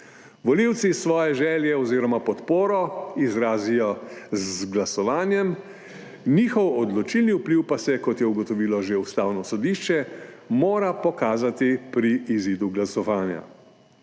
Volivci svoje želje oziroma podporo izrazijo z glasovanjem, njihov odločilni vpliv pa se, kot je ugotovilo že Ustavno sodišče, mora pokazati pri izidu glasovanja,